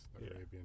Arabian